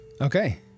Okay